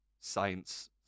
science